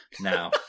Now